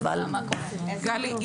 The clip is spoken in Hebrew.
גלי,